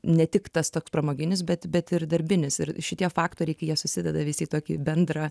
ne tik tas toks pramoginis bet bet ir darbinis ir šitie faktoriai kai jie susideda visi į tokį bendrą